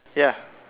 yeah